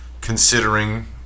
considering